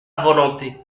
volonté